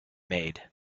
made